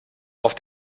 auf